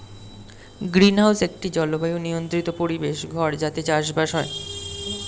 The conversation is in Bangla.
গ্রীনহাউস একটি জলবায়ু নিয়ন্ত্রিত পরিবেশ ঘর যাতে চাষবাস হয়